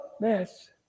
mess